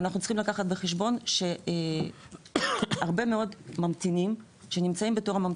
אנחנו צריכים לקחת בחשבון שהרבה מאוד ממתינים שיכולים